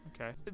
Okay